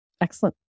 Excellent